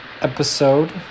episode